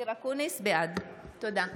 בעד הצעת